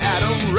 Adam